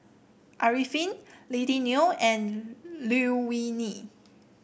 Arifin Lily Neo and Liew Wee Mee